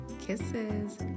Kisses